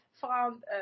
found